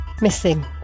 missing